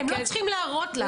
הפנים): הם לא צריכים להראות לך.